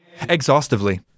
Exhaustively